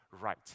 right